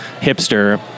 hipster